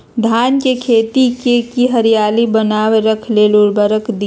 धान के खेती की हरियाली बनाय रख लेल उवर्रक दी?